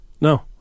No